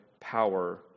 power